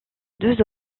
deux